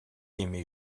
aimait